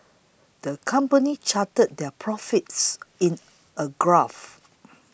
the company charted their profits in a graph